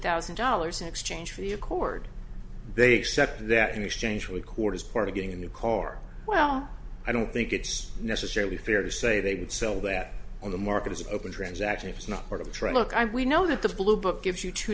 thousand dollars in exchange for the accord they said that in exchange record is part of getting a new car well i don't think it's necessarily fair to say they would sell that on the market is open transaction if it's not part of the trade look i we know that the blue book gives you two